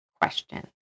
question